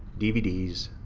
dvds,